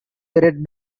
red